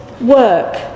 work